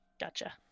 Gotcha